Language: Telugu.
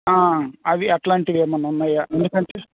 అవి అట్లాంటివి ఏమైనా ఉన్నాయా ఎందుకు అంటే